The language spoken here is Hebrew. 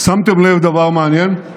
שמתם לב לדבר מעניין?